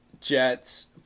Jets